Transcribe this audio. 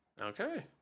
Okay